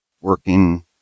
working